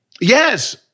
Yes